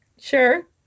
Sure